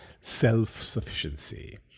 Self-Sufficiency